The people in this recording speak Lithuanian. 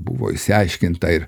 buvo išsiaiškinta ir